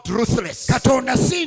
ruthless